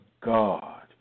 God